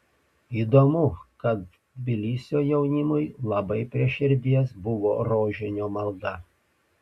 įdomu kad tbilisio jaunimui labai prie širdies buvo rožinio malda